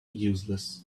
useless